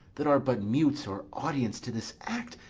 that are but mutes or audience to this act,